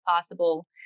possible